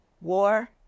War